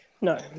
no